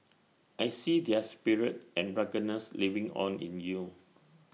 I see their spirit and ruggedness living on in you